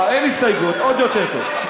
אין הסתייגויות, עוד יותר טוב.